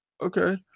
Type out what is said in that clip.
Okay